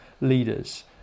leaders